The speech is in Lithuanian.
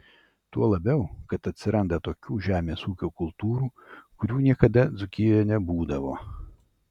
tuo labiau kad atsiranda tokių žemės ūkio kultūrų kurių niekada dzūkijoje nebūdavo